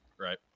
Right